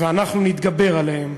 ואנחנו נתגבר עליהם.